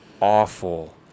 awful